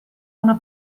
una